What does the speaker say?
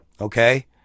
okay